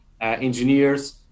engineers